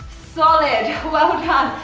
solid, well but